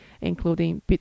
including